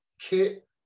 kit